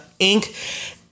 Inc